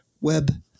web